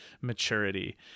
maturity